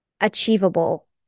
achievable